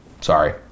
Sorry